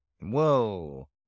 Whoa